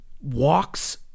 walks